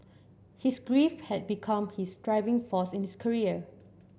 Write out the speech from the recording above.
his grief had become his driving force in his career